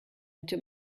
into